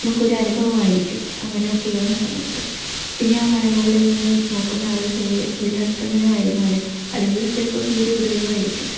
നമുക്കൊരു അനുഭവമായിരിക്കും അങ്ങനാ കയറുന്ന സമയത്ത് പിന്നെ ആ മലമുകളിൽ നിന്ന് നോക്കുന്ന ആ ഒരു സൂര്യാസ്തമനം ആയിരുന്നാലും അല്ലെങ്കിൽ ചിലപ്പോള് സൂര്യോദയമോ ആയിരിക്കും